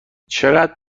چقد